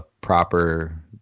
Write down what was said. proper